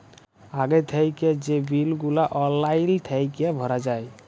আগে থ্যাইকে যে বিল গুলা অললাইল থ্যাইকে ভরা যায়